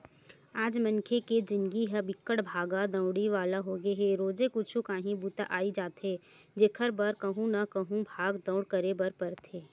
आज मनखे के जिनगी ह बिकट भागा दउड़ी वाला होगे हे रोजे कुछु काही बूता अई जाथे जेखर बर कहूँ न कहूँ भाग दउड़ करे बर परथे